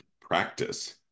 practice